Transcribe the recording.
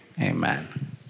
amen